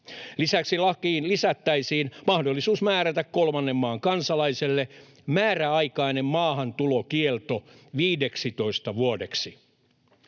Lisäksi lakiin lisättäisiin mahdollisuus määrätä kolmannen maan kansalaiselle määräaikainen maahantulokielto 15 vuodeksi.